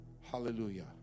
Hallelujah